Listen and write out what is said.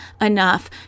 enough